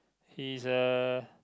he's uh